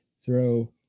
throw